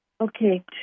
Okay